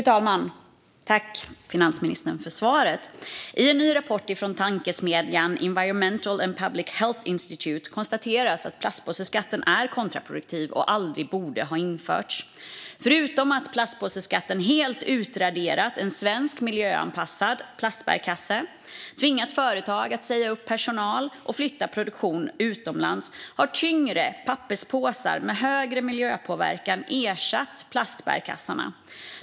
Fru talman! Jag tackar finansministern för svaret. I en ny rapport från tankesmedjan Environment and Public Health Institute konstateras att plastpåseskatten är kontraproduktiv och aldrig borde ha införts. Förutom att plastpåseskatten helt utraderat en svensk miljöanpassad plastbärkasse, tvingat företag att säga upp personal och flyttat produktion utomlands har tyngre papperspåsar med högre miljöpåverkan ersatt plastbärkassarna.